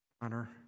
honor